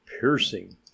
piercing